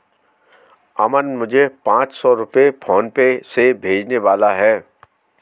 अमन मुझे पांच सौ रुपए फोनपे से भेजने वाला है